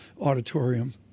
auditorium